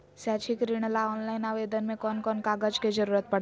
शैक्षिक ऋण ला ऑनलाइन आवेदन में कौन कौन कागज के ज़रूरत पड़तई?